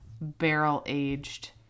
barrel-aged